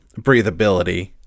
breathability